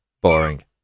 boring